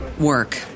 work